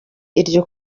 iryo